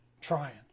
trying